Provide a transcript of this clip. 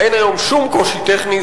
אין היום שום קושי טכני,